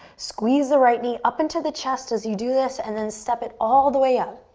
squeeze the right knee up into the chest as you do this, and then step it all the way up.